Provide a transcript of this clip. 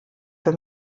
für